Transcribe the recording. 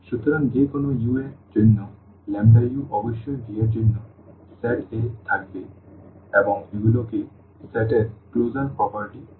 সুতরাং যে কোনও u এর জন্য u অবশ্যই V এর জন্য সেট এ থাকতে হবে এবং এগুলিকে সেট এর ক্লোজার প্রপার্টি বলা হয়